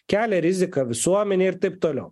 kelia riziką visuomenei ir taip toliau